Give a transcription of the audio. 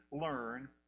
learn